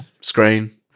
screen